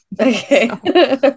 Okay